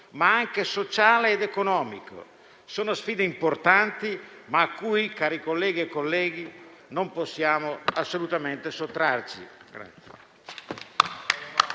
ma anche sociale ed economico. Sono sfide importanti, alle quali però, cari colleghe e colleghi, non possiamo assolutamente sottrarci.